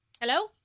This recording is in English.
Hello